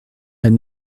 elle